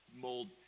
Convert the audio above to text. mold